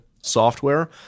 software